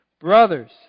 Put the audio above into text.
Brothers